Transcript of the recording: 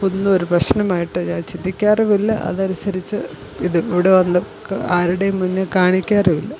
ഒന്നും ഒരു പ്രശ്നമായിട്ട് ഞാൻ ചിന്തിക്കാറുപോലുമില്ല അതനുസരിച്ച് ഇത് ഇവിട വന്നൊക്കെ ആരുടേം മുന്നിൽ കാണിക്കാറൂം ഇല്ല